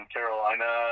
Carolina